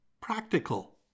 practical